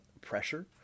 pressure